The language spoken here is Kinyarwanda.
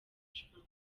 trump